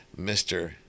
Mr